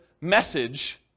message